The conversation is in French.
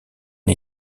une